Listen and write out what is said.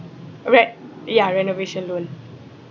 re~ ya renovation loan